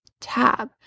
tab